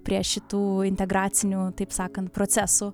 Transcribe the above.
prie šitų integracinių taip sakant procesų